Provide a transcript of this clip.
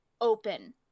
open